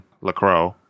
Lacroix